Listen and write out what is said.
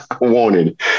wanted